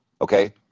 Okay